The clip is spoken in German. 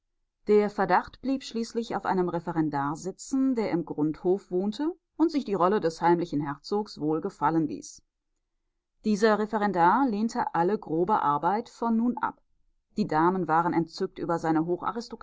der verdacht blieb schließlich auf einem referendar sitzen der im grundhof wohnte und sich die rolle des heimlichen herzogs wohlgefallen ließ dieser referendar lehnte alle grobe arbeit von nun an ab die damen waren entzückt über seine